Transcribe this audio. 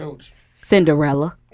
Cinderella